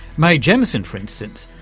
mae jemison, for instance,